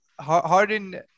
Harden